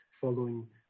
following